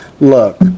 Look